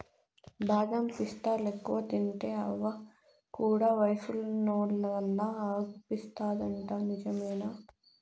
బాదం పిస్తాలెక్కువ తింటే అవ్వ కూడా వయసున్నోల్లలా అగుపిస్తాదంట నిజమేనా